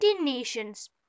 Nations